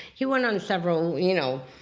he went on several, you know,